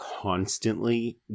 constantly